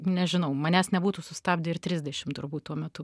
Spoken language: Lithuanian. nežinau manęs nebūtų sustabdę ir trisdešimt turbūt tuo metu